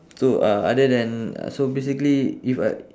so uh other than uh so basically if I